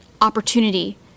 opportunity